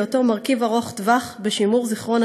בהיותו מרכיב ארוך-טווח בשימור זיכרון